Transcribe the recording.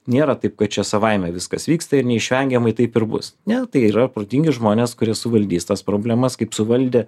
nėra taip kad čia savaime viskas vyksta ir neišvengiamai taip ir bus ne tai yra protingi žmonės kurie suvaldys tas problemas kaip suvaldė